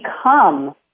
become